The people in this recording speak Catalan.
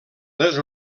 les